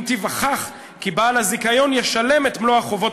אם תיווכח כי בעל הזיכיון ישלם את מלוא החובות